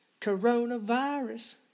Coronavirus